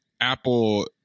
apple